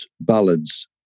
ballads